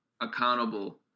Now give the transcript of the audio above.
accountable